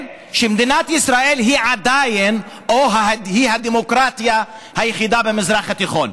שמדינת ישראל היא עדיין הדמוקרטיה היחידה במזרח התיכון.